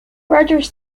rogers